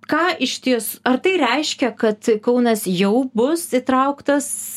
ką išties ar tai reiškia kad kaunas jau bus įtrauktas